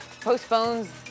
postpones